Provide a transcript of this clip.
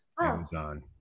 Amazon